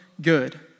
good